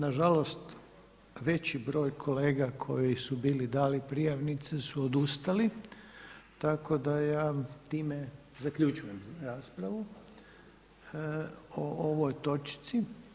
Nažalost veći broj kolega koji su bili dali prijavnice su odustali tako da ja time zaključujem raspravu o ovoj točci.